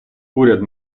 уряд